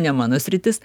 ne mano sritis